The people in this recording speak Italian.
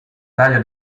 taglia